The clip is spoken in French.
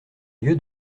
lieu